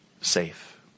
Safe